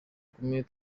kumi